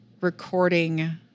Recording